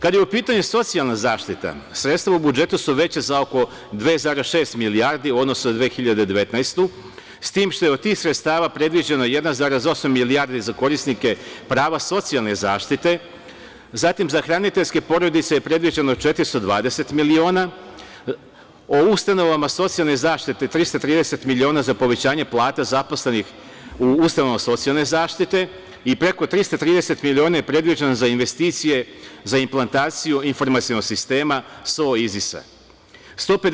Kada je u pitanju socijalna zaštita, sredstva u budžetu su veća za oko 2,6 milijardi u odnosu na 2019. godinu, s tim što je od tih sredstava predviđeno 1,8 milijardi za korisnike prava socijalne zaštite, zatim za hraniteljske porodice je predviđeno 420 miliona, o ustanovama socijalne zaštite 330 miliona za povećanje plata zaposlenih u ustanovama socijalne zaštite i preko 330 miliona je predviđeno za investicije za implantaciju informacionog sistema SO IZIS-a.